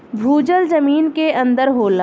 भूजल जमीन के अंदर होला